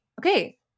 okay